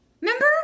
Remember